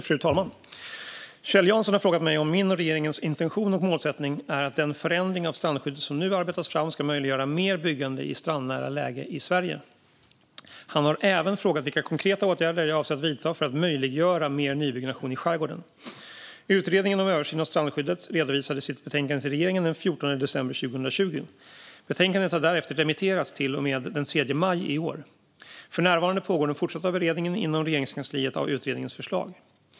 Fru talman! Kjell Jansson har frågat mig om min och regeringens intention och målsättning är att den förändring av strandskyddet som nu arbetas fram ska möjliggöra mer byggande i strandnära läge i Sverige. Han har även frågat vilka konkreta åtgärder jag avser att vidta för att möjliggöra mer nybyggnation i skärgården. Utredningen om översyn av strandskyddet redovisade sitt betänkande till regeringen den 14 december 2020. Betänkandet har därefter remitterats till och med den 3 maj i år. För närvarande pågår den fortsatta beredningen inom Regeringskansliet av utredningens förslag.